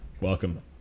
Welcome